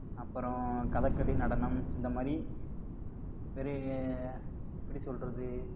அப்பறம் கதக்களி நடனம் இந்த மாதிரி வெரி எப்படி சொல்கிறது